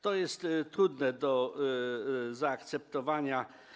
To jest trudne do zaakceptowania.